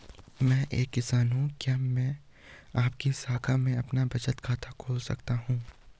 मैं एक किसान हूँ क्या मैं आपकी शाखा में अपना बचत खाता खोल सकती हूँ?